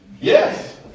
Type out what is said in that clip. Yes